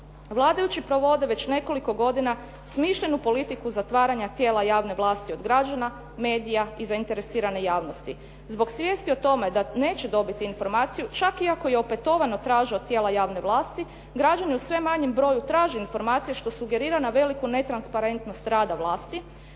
Vladajući provode već nekoliko godina smišljenu politiku zatvaranja tijela javne vlasti od građana, medija i zainteresirane javnosti. Zbog svijesti o tome da neće dobiti informaciju čak i ako je opetovano traže od tijela javne vlasti, građani u sve manjem broju traže informacije što sugerira na veliku netransparentnost rada vlasti.